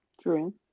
True